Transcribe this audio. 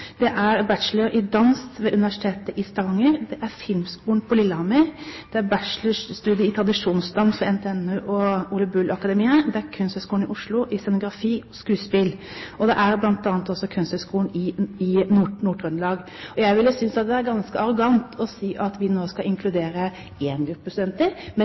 Det er bl.a. bachelorstudenter i dans ved Universitetet i Stavanger, det gjelder Filmskolen i Lillehammer, bachelorstudiet i tradisjonsdans ved NTNU og Ole Bull Akademiet, Kunsthøgskolen i Oslo – scenografi og skuespill – og Kunsthøgskolen i Nord-Trøndelag. Jeg synes det ville være ganske arrogant å si at vi nå skal inkludere én gruppe studenter, men